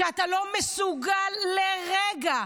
שאתה לא מסוגל לרגע,